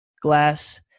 Glass